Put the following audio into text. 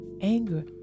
anger